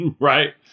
right